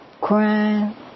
crying